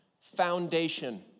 foundation